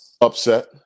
upset